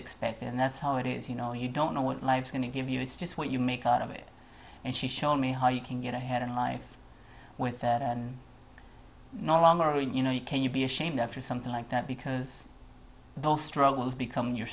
expect it and that's how it is you know you don't know what life's going to give you it's just what you make out of it and she showed me how you can get ahead in life with no longer you know you can you be ashamed after something like that because those struggles become your